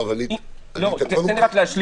יואב, אני --- תן לי רק להשלים.